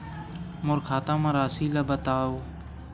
मोर खाता म राशि ल बताओ?